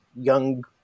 young